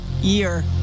year